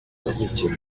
yavukiye